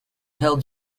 held